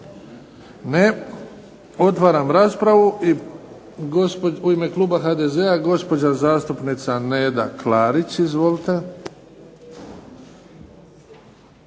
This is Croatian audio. Ne. Otvaram raspravu. U ime kluba HDZ-a, gospođa zastupnica Neda Klarić. Izvolite.